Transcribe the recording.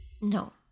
no